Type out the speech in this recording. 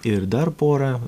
ir dar pora